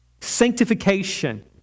Sanctification